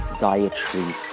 dietary